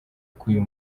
k’uyu